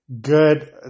Good